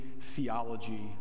theology